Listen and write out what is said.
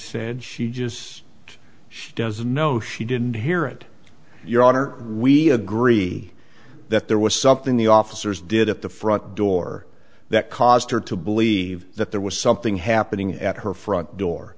said she just she doesn't know she didn't hear it your honor we agree that there was something the officers did at the front door that caused her to believe that there was something happening at her front door